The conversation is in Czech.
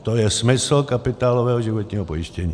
To je smysl kapitálového životního pojištění.